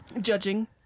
judging